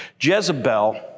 Jezebel